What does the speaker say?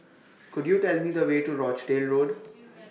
Could YOU Tell Me The Way to Rochdale Road